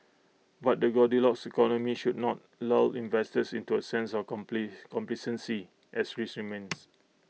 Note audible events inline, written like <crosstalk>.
but the goldilocks economy should not lull investors into A sense of <unintelligible> complacency as risks remains